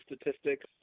statistics